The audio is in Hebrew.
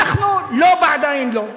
אנחנו לא בעדיין לא.